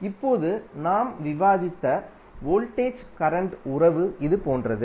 இப்போது நாம் விவாதித்த வோல்டேஜ் கரண்ட் உறவு இது போன்றது